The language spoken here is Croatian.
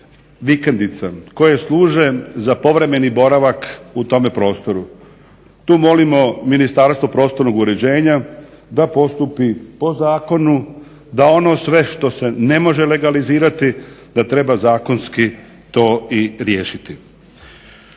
vikendica koje služe za povremeni boravak u tome prostoru. Tu molimo Ministarstvo prostornog uređenja da postupi po zakonu, da ono sve što se ne može legalizirati da treba zakonski to i riješiti.